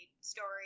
story